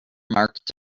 marked